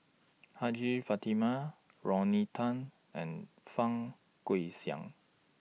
Hajjah Fatimah Rodney Tan and Fang Guixiang